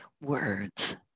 words